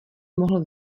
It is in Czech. mohl